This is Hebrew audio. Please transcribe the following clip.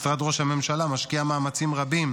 משרד ראש הממשלה משקיע מאמצים רבים